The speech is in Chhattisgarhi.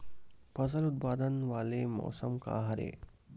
फसल उत्पादन वाले मौसम का हरे?